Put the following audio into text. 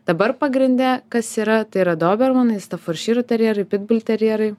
dabar pagrinde kas yra tai yra dobermanai stafordšyro terjerai pitbulterjerai